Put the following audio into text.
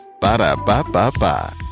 Ba-da-ba-ba-ba